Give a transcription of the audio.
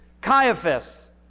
Caiaphas